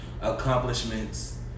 accomplishments